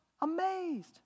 amazed